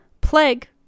Plague